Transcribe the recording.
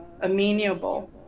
amenable